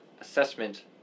assessment